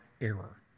error